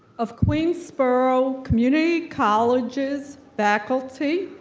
of queensborough community college's faculty,